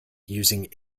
using